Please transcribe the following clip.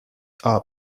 are